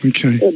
Okay